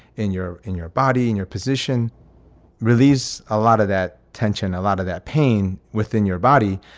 in your in your body. and your position relieves a lot of that tension. a lot of that pain within your body.